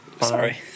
sorry